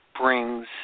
brings